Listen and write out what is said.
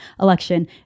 election